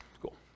cool